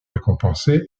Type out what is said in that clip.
récompensés